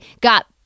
got